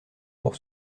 pour